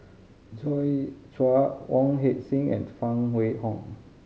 Joi Chua Wong Heck Sing and Phan Wait Hong